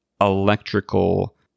electrical